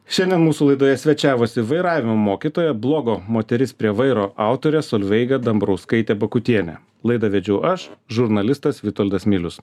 šiandien mūsų laidoje svečiavosi vairavimo mokytoja blogo moteris prie vairo autorė solveiga dambrauskaitė bakutienė laidą vedžiau aš žurnalistas vitoldas milius